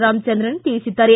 ರಾಮಚಂದ್ರನ್ ತಿಳಿಸಿದ್ದಾರೆ